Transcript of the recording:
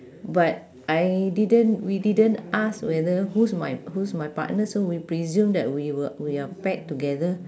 but I didn't we didn't ask whether who's my who's my partner so we presume that we were we are paired together